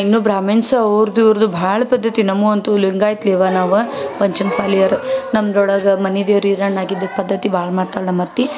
ಇನ್ನೂ ಬ್ರಾಮಿಣ್ಸ್ ಅವ್ರದ್ದು ಇವ್ರದ್ದು ಭಾಳ ಪದ್ಧತಿ ನಮ್ಗೆ ಅಂತೂ ಲಿಂಗಾಯ್ಲೆ ಅವ್ವ ನಾವು ಪಂಚಮಸಾಲಿಯೋರು ನಮ್ದ್ರೊಳಗೆ ಮನೆ ದೇವ್ರು ಹೀರಣ್ಣ ಆಗಿದ್ದು ಪದ್ಧತಿ ಭಾಳ ಮಾಡ್ತಾಳೆ ನಮ್ಮ ಅತ್ತೆ